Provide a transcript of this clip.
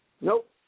Nope